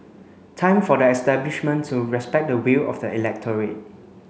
time for the establishment to respect the will of the electorate